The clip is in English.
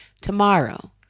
tomorrow